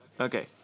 Okay